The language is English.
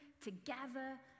together